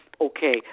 okay